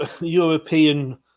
European